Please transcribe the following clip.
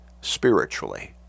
spiritually